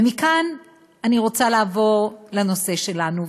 ומכאן אני רוצה לעבור לנושא שלנו,